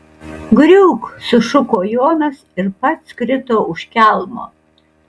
griūk sušuko jonas ir pats krito už kelmo